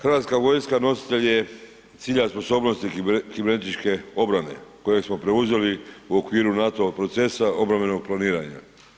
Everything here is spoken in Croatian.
HV nositelj je ... kibernetičke obrane koje smo preuzeli u okviru NATO-vog procesa obrambenog planiranja.